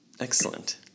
Excellent